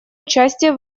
участие